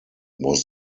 was